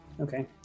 Okay